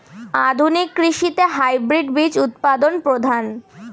আধুনিক কৃষিতে হাইব্রিড বীজ উৎপাদন প্রধান